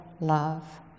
love